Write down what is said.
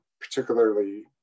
particularly